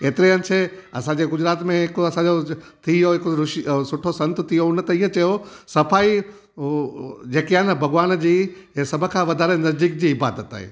एतिरे अंजे असांजे गुजरात में हिकु असांजो थी वियो हिकु ऋषी सुठो संत थियो उन त इहो चयो सफ़ाई जेकी आहे न भॻवान जी उहा सभ खां वधारे नज़दीक जी इबादत आहे